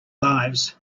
lives